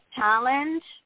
challenge